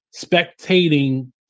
spectating